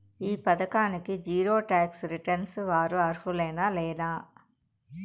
ఈ పథకానికి zero tax returns వారు అర్హులేనా లేనా?